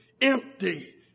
empty